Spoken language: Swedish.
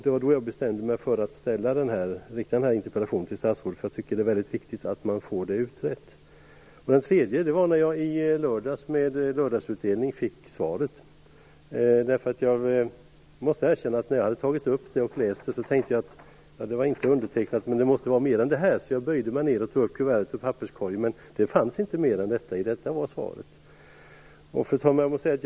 Det var då jag bestämde mig för att rikta den här interpellationen till statsrådet. Jag tycker att det är mycket viktigt att man får det utrett. Det tredje var när jag i lördags fick svaret med lördagsutdelning. Jag måste erkänna att när jag hade tagit upp det och läst det så tänkte jag att eftersom det inte var undertecknat måste det vara mer än detta. Jag böjde mig ned och tog upp kuvertet ur papperskorgen, men det fanns inte mer än detta. Detta var svaret. Fru talman!